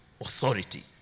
authority